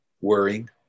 Worrying